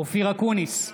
אופיר אקוניס,